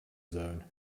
zone